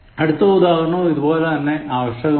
അടുത്ത ഉദാഹരണവും ഇതുപോലെ തന്നെ ആകർഷകമാണ്